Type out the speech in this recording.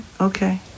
Okay